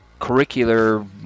curricular